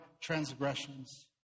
transgressions